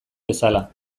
bezala